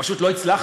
פשוט לא הצלחנו,